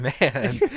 man